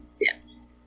Yes